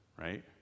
right